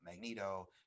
Magneto